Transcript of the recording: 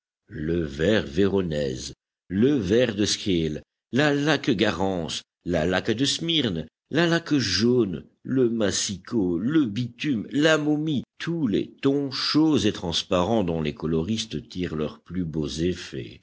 le vert véronèse le vert de scheele la laque garance la laque de smyrne la laque jaune le massicot le bitume la momie tous les tons chauds et transparents dont les coloristes tirent leurs plus beaux effets